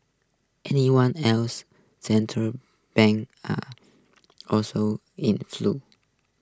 anyone else central banks are also in flux